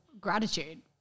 gratitude